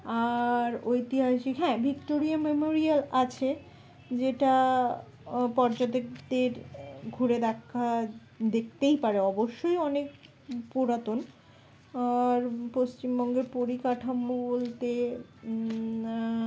আর ঐতিহাসিক হ্যাঁ Victoria Memorial আছে যেটা পর্যটকদের ঘুরে দেখা দেখতেই পারে অবশ্যই অনেক পুরাতন আর পশ্চিমবঙ্গের পরিকাঠামো বলতে